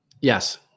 Yes